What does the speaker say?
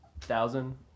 thousand